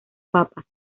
papas